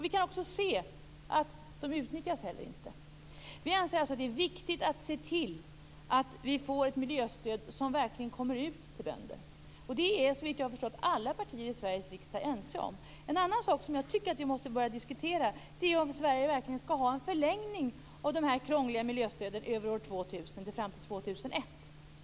Vi kan också se att stödet inte utnyttjas. Vi anser alltså att det är viktigt att se till att vi får ett miljöstöd som verkligen kommer ut till bönder. Det är såvitt jag förstår alla partier i Sveriges riksdag ense om. En annan sak som jag tycker att vi måste börja diskutera är om Sverige verkligen skall ha en förlängning av de här krångliga miljöstöden fram till år 2001.